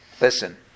Listen